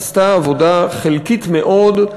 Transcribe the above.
עשתה עבודה חלקית מאוד.